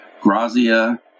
Grazia